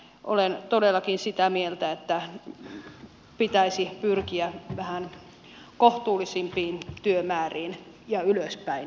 olen todellakin sitä mieltä että pitäisi pyrkiä vähän kohtuullisempiin työmääriin ja ylöspäin nimenomaan